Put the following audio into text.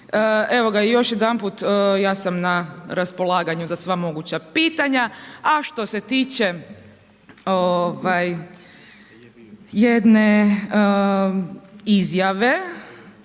Evo ga, još jedanput ja sam na raspolaganju za sva moguća pitanja, a što se tiče jedne izjave